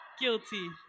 Guilty